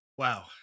Wow